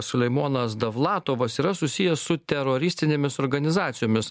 sulaimonas davlatovas yra susijęs su teroristinėmis organizacijomis